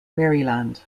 maryland